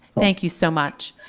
thank you so much.